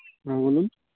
হ্যাঁ বলুন